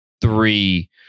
three